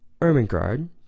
Ermengarde